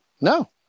No